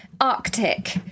Arctic